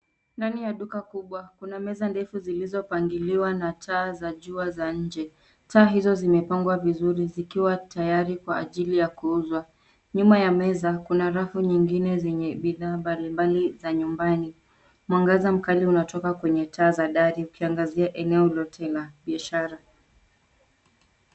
Ndani ya duka kubwa kuna meza ndefu zilizopangiliwa na taa za jua za nje. Taa hizo zimepangwa vizuri zikiwa tayari kwa ajili ya kuuzwa. Nyuma ya meza kuna rafu nyingine zenye bidhaa mbalimbali za nyumbani. Mwangaza mkali unatoka kwenye taa za dari ukiangazia eneo lote la biashara.